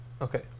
Okay